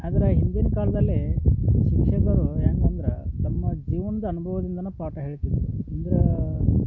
ಆದರೆ ಹಿಂದಿನ ಕಾಲದಲ್ಲಿ ಶಿಕ್ಷಕರು ಹೆಂಗಂದ್ರ ತಮ್ಮ ಜೀವ್ನ್ದ ಅನುಭವದಿಂದನ ಪಾಠ ಹೇಳ್ತಿದ್ದರು ಅಂದ್ರ